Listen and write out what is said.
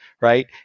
right